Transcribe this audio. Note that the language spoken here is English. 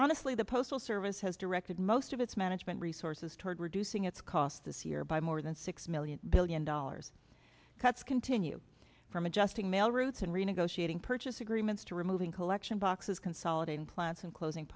honestly the postal service has directed me most of its management resources toward reducing its cost this year by more than six million billion dollars cuts continue from adjusting mail routes and renegotiating purchase agreements to removing collection boxes consolidating plants and closing